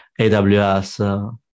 AWS